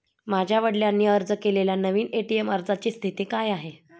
माझ्या वडिलांनी अर्ज केलेल्या नवीन ए.टी.एम अर्जाची स्थिती काय आहे?